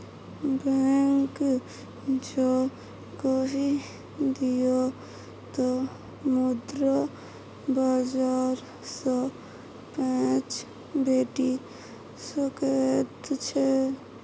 bank जँ कहि दिअ तँ मुद्रा बाजार सँ पैंच भेटि सकैत छै